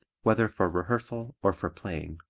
whether for rehearsal or for playing.